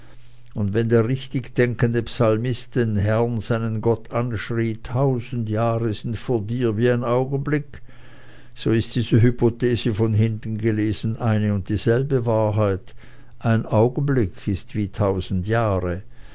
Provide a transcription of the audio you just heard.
und wenn der richtig denkende psalmist den herren seinen gott anschrie tausend jahre sind vor dir wie ein augenblick so ist diese hypothese von hinten gelesen eine und dieselbe wahrheit ein augenblick ist wie tausend jahre